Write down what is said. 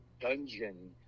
dungeon